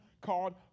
called